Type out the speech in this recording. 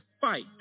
fight